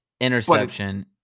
interception